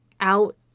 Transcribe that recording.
out